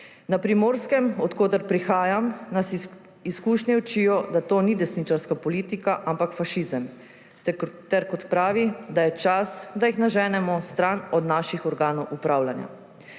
»Na Primorskem, od koder prihajam, nas izkušnje učijo, da to ni desničarska politika, ampak fašizem.« Ter pravi, da »je čas, da jih naženemo stran od naših organov upravljanja«.